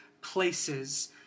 places